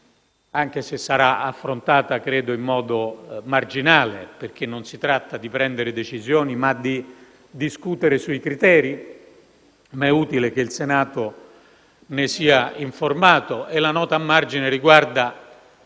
anche se credo sarà affrontata in modo marginale, perché non si tratta di prendere decisioni, ma di discutere sui criteri; è però utile che il Senato ne sia informato. La nota a margine riguarda